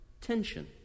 tension